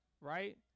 right